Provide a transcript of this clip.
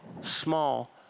small